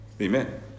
Amen